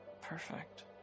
perfect